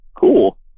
cool